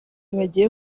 bagiye